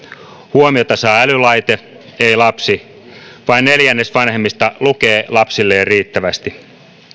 huomiota saa älylaite ei lapsi vain neljännes vanhemmista lukee lapsilleen riittävästi